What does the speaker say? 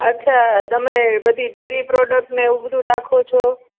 અચ્છા તમે બધી ડેરી પ્રોડક્ટ ને એવું બધું રાખો છો